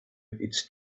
its